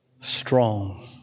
strong